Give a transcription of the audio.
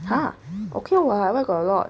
ha okay [what] where got a lot